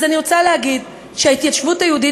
אז אני רוצה להגיד שההתיישבות היהודית